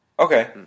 Okay